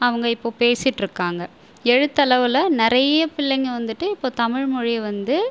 அவங்க இப்போ பேசிட்டுருக்காங்க எழுத்தளவில் நிறைய பிள்ளைங்கள் வந்துவிட்டு இப்போ தமிழ்மொழியை வந்து